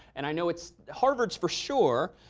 and i know it's harvard for sure.